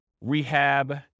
rehab